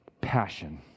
passion